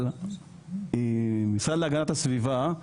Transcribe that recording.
אבל המשרד להגנת הסביבה,